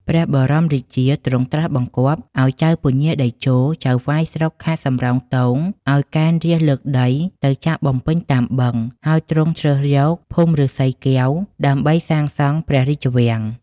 ព្រះបរមរាជា ទ្រង់ត្រាស់បង្គាប់ ឱ្យចៅពញាតេជោ ចៅហ្វាយស្រុកខេត្តសំរោងទង ឱ្យកេណ្ឌរាស្ត្រលើកដី ទៅចាក់បំពេញតាមបឹង ហើយទ្រង់ជ្រើសយកភូមិឬស្សីកែវ ដើម្បីសាងសង់ព្រះរាជវាំង ។